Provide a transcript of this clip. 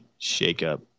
shakeup